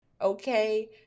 Okay